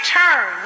turn